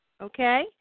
Okay